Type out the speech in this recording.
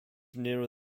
nearer